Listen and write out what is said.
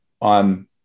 On